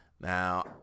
Now